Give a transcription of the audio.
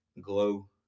Glow